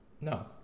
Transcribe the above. No